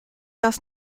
das